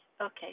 okay